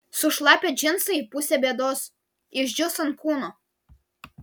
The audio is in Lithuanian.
sušlapę džinsai pusė bėdos išdžius ant kūno